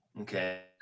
Okay